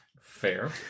Fair